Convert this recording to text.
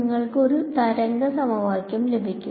നിങ്ങൾക്ക് ഒരു തരംഗ സമവാക്യം ലഭിക്കും